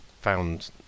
found